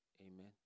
Amen